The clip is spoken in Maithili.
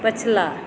पछिला